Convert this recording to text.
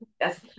yes